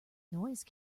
noise